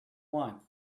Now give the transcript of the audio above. want